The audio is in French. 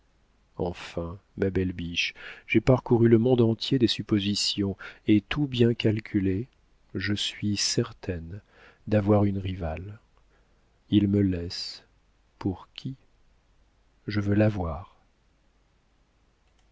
enfin ma belle biche j'ai parcouru le monde entier des suppositions et tout bien calculé je suis certaine d'avoir une rivale il me laisse pour qui je veux la